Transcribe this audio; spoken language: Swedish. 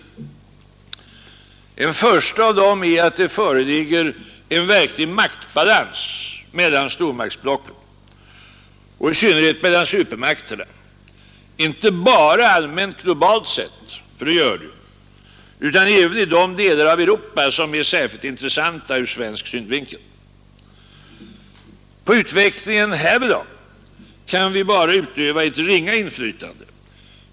Den första av dem är att det föreligger en verklig maktbalans mellan stormaktsblocken och i synnerhet mellan supermakterna, inte bara allmänt globalt sett, för det gör det ju, utan även i de delar av Europa som är särskilt intressanta ur svensk synvinkel. På utvecklingen härvidlag kan vi bara utöva ett ringa inflytande.